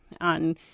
on